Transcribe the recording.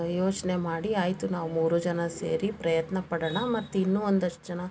ಯೋಚನೆ ಮಾಡಿ ಆಯಿತು ನಾವು ಮೂರೂ ಜನ ಸೇರಿ ಪ್ರಯತ್ನಪಡೋಣ ಮತ್ತು ಇನ್ನೂ ಒಂದಷ್ಟು ಜನ